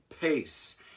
pace